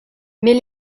mais